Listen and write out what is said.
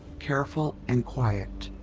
careful and quiet.